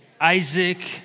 Isaac